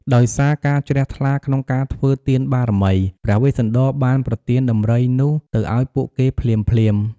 ដោយសាការជ្រះថ្លាក្នុងការធ្វើទានបារមី ព្រះវេស្សន្តរបានប្រទានដំរីសនោះទៅឱ្យពួកគេភ្លាមៗ។